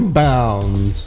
bound